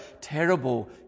terrible